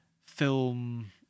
film